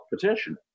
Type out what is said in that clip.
petition